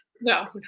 No